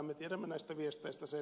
me tiedämme näistä viesteistä sen